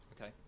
Okay